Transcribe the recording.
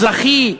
אזרחי,